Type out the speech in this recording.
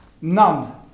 none